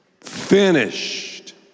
finished